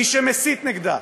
מי שמסית נגדה,